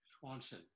Swanson